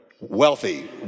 wealthy